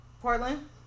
Portland